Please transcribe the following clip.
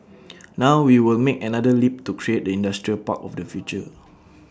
now we will make another leap to create the industrial park of the future